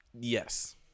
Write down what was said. Yes